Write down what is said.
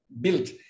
built